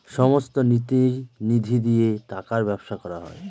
সমস্ত নীতি নিধি দিয়ে টাকার ব্যবসা করা হয়